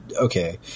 okay